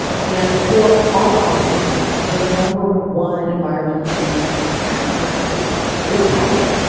and for our operations, the number one environmental impact we have is is traffic.